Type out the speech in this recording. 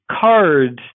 cards